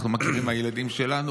אנחנו מכירים מהילדים שלנו,